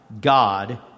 God